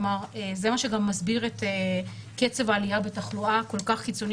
זה מה שגם מסביר את קצב העלייה בתחלואה הכל כך קיצוני